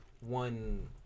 one